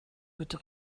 bitte